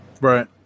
Right